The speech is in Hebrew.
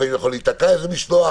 לפעמים יכול להיתקע איזה משלוח,